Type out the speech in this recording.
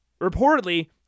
reportedly